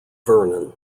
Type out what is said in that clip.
vernon